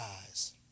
eyes